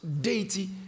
deity